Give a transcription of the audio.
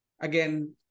again